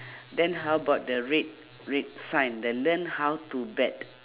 then how about the red red sign the learn how to bet